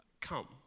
come